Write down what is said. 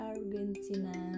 Argentina